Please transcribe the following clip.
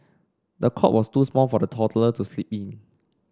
the cot was too small for the toddler to sleep in